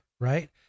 right